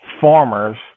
farmers